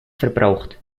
verbraucht